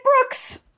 Brooks